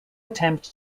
attempt